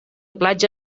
platja